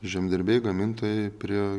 žemdirbiai gamintojai prie